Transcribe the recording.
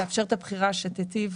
לאפשר את הבחירה שתיטיב,